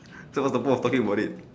so what the point of talking about it